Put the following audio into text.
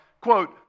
quote